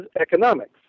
economics